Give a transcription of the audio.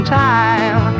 time